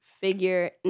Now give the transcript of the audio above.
figure